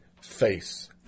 face